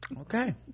okay